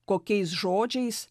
kokiais žodžiais